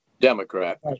Democrat